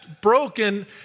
broken